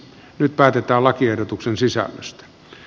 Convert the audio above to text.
nyt päätetään lakiehdotuksen sisällöstä